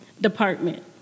department